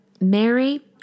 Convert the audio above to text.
Mary